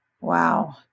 Wow